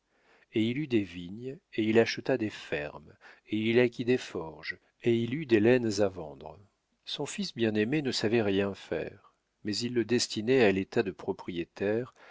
et il eut des vignes et il acheta des fermes et il acquit des forges et il eut des laines à vendre son fils bien-aimé ne savait rien faire mais il le destinait à l'état de propriétaire